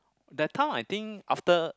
that time I think after